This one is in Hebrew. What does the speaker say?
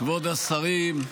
כבוד השרים,